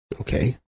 Okay